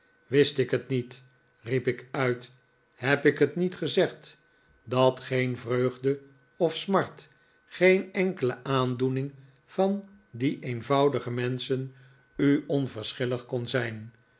wist ik het niet riep ik uit heb ik het niet gezegd dat geen vreugde of smart geen enkele aandoening van die eenvoudige menschen u onverschillig kon zijn